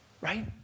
Right